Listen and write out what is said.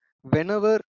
whenever